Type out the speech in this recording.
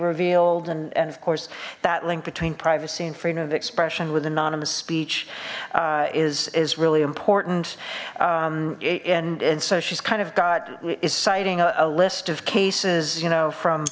revealed and and of course that link between privacy and freedom of expression with anonymous speech is is really important and and so she's kind of god is citing a list of cases you know from